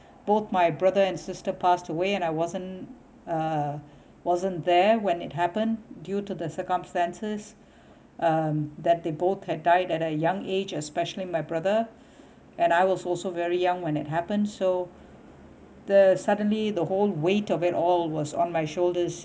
both my brother and sister passed away and I wasn't uh wasn't there when it happened due to the circumstances um that they both had died at a young age especially my brother and I was also very young when it happened so the suddenly the whole weight of it all was on my shoulders